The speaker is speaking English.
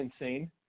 insane